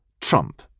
Trump